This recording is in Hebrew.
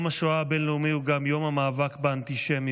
יום השואה הבין-לאומי הוא גם יום המאבק באנטישמיות.